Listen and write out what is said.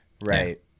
Right